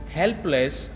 helpless